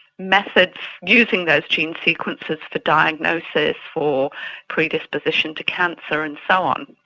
methods using those gene sequences for diagnosis for predisposition to cancer and so on.